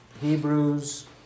Hebrews